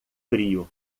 frio